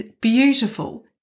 beautiful